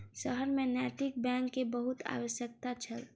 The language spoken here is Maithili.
शहर में नैतिक बैंक के बहुत आवश्यकता छल